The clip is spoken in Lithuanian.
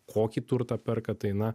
kokį turtą perka tai na